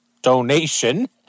donation